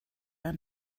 ein